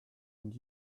and